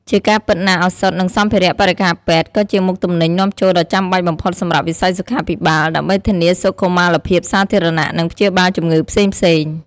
ជាការពិតណាស់ ឱសថ និងសម្ភារៈបរិក្ខារពេទ្យ ក៏ជាមុខទំនិញនាំចូលដ៏ចាំបាច់បំផុតសម្រាប់វិស័យសុខាភិបាល ដើម្បីធានាសុខុមាលភាពសាធារណៈ និងព្យាបាលជំងឺផ្សេងៗ។